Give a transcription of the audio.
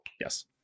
Yes